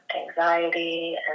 anxiety